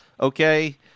okay